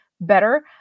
better